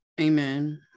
Amen